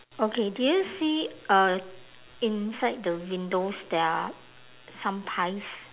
okay do you see uh inside the windows there are some pies